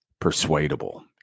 persuadable